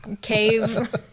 cave